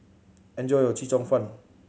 enjoy your Chee Cheong Fun